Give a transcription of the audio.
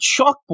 chalkboard